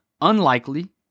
unlikely